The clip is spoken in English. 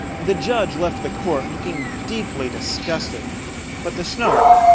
the judge left the court, looking deeply disgusted but the snark,